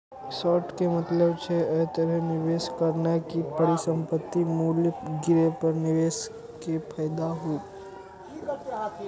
short के मतलब छै, अय तरहे निवेश करनाय कि परिसंपत्तिक मूल्य गिरे पर निवेशक कें फायदा होइ